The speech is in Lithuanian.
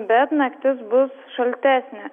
bet naktis bus šaltesnė